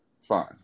fine